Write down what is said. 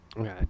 okay